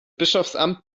bischofsamt